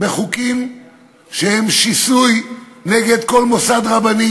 בחוקים שהם שיסוי נגד כל מוסד רבני,